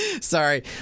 sorry